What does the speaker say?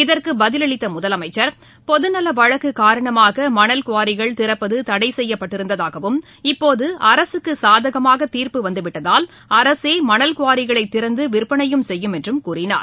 இதற்கு பதிலளித்த முதலமைச்ச் பொதுநல வழக்கு காரணமாக மனல் குவாரிகள் திறப்பது தடை செய்யபட்டிருந்ததாகவும் இப்போது அரகக்கு சாதகமாக தீர்ப்பு வந்துவிட்டதால் அரசே மணல் குவாரிகளை திறந்து விற்பனையும் செய்யும் என்றும் கூறினார்